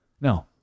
no